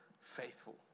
faithful